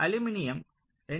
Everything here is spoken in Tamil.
அலுமினியம் 2